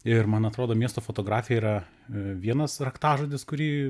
ir man atrodo miesto fotografija yra vienas raktažodis kurį